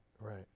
Right